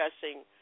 discussing